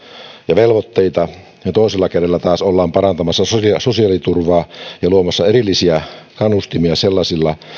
ja velvoitteita ja toisella kädellä taas ollaan parantamassa sosiaaliturvaa ja luomassa erillisiä kannustimia sellaisilla